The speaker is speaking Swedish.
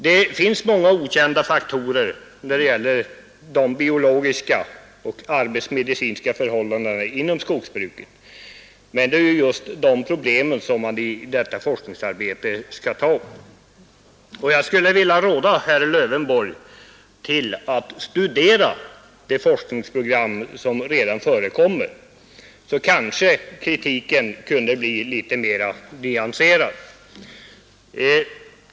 Det finns många okända faktorer i fråga om de biologiska och arbetsmedicinska förhållandena inom skogsbruket, men det är ju just de problemen som skall tas upp i forskningsarbetet. Jag vill råda herr Lövenborg att studera det forskningsprogram som redan föreligger, så kanske kritiken kunde bli litet mera nyanserad.